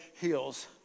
heals